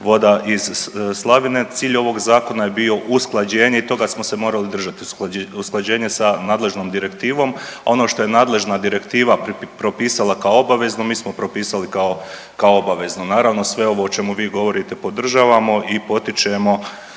voda iz slavine. Cilj ovog zakona je bio usklađenje i toga smo se morali držati, usklađenje sa nadležnom direktivom. Ono što je nadležna direktiva propisala kao obaveznu mi smo propisali kao obaveznu. Naravno sve ovo o čemu vi govorite podržavamo i potičemo